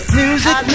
music